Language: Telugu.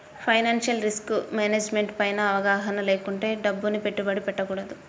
ఫైనాన్షియల్ రిస్క్ మేనేజ్మెంట్ పైన అవగాహన లేకుండా డబ్బుని పెట్టుబడి పెట్టకూడదు